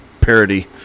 parody